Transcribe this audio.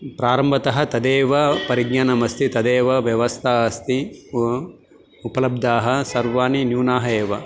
प्रारम्भतः तदेव परिज्ञानमस्ति तदेव व्यवस्था अस्ति उ उपलब्धाः सर्वाणि न्यूनाः एव